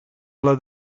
alla